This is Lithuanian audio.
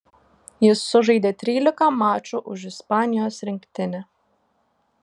jis sužaidė trylika mačų už ispanijos rinktinę